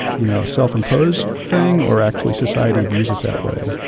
you know, self-imposed thing or actually society views it that way.